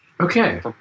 Okay